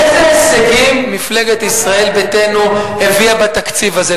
איזה הישגים מפלגת ישראל ביתנו הביאה בתקציב הזה?